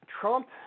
Trump